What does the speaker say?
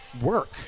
work